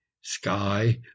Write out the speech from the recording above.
sky